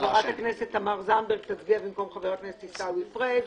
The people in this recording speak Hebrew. חברת הכנסת תמר זנדברג תצביע במקום חבר הכנסת עיסאווי פריג',